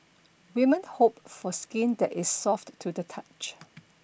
women hope for skin that is soft to the touch